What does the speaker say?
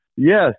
Yes